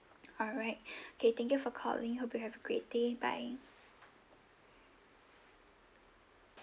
alright okay thank you for calling hope you have a great day bye